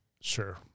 Sure